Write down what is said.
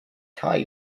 tie